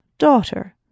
daughter